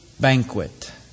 banquet